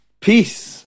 peace